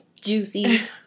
juicy